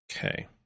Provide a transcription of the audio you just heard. Okay